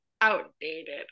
outdated